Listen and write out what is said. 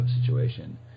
situation